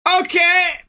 Okay